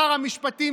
שר המשפטים,